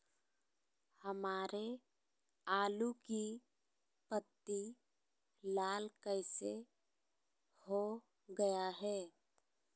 हमारे आलू की पत्ती लाल कैसे हो गया है?